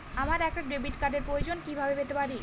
আমার একটা ডেবিট কার্ডের প্রয়োজন কিভাবে পেতে পারি?